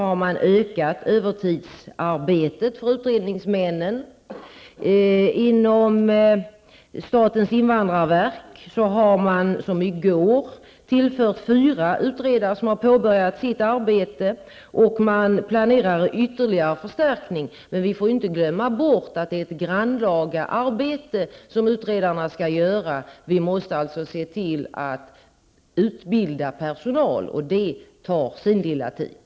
Man har ökat övertidsarbetet för utredningsmännen. Inom statens invandrarverk har man i går tillsatt fyra utredare som har påbörjat sitt arbete, och man planerar ytterligare förstärkning. Vi får inte heller glömma bort att det är ett grannlaga arbete som utredarna skall göra, så vi måste alltså se till att utbilda personal, och det tar sin lilla tid.